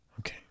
Okay